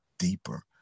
deeper